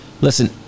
Listen